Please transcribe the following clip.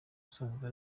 asanzwe